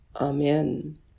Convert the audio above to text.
Amen